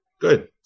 good